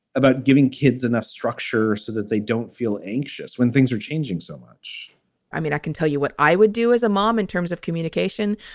about giving kids enough structure so that they don't feel anxious when things are changing so much i mean, i can tell you what i would do as a mom in terms of communication.